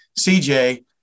CJ